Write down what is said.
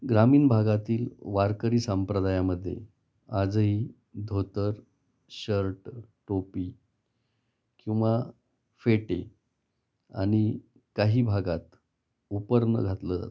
ग्रामीण भागातील वारकरी संप्रदायामध्ये आजही धोतर शर्ट टोपी किंवा फेटे आणि काही भागात उपरणं घातलं जातं